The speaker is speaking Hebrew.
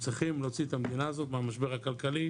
צריכים להוציא את המדינה הזאת מהמשבר הכלכלי,